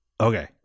Okay